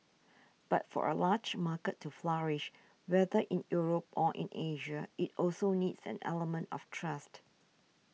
but for a large market to flourish whether in Europe or in Asia it also needs an element of trust